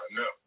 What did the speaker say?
no